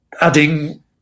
adding